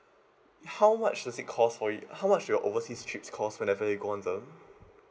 how much does it cost for you how much do your overseas trips cost whenever you go on them